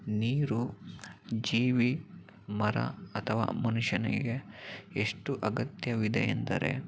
ನೀರು ಜೀವಿ ಮರ ಅಥವಾ ಮನುಷ್ಯನಿಗೆ ಎಷ್ಟು ಅಗತ್ಯವಿದೆ ಎಂದರೆ